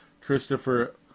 Christopher